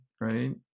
right